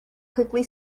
quickly